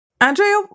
Andrea